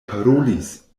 parolis